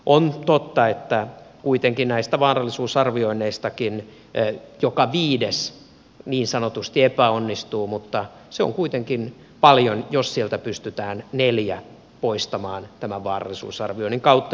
on totta että kuitenkin näistä vaarallisuusarvioinneistakin joka viides niin sanotusti epäonnistuu mutta se on kuitenkin paljon jos sieltä pystytään neljä poistamaan tämän vaarallisuusarvioinnin kautta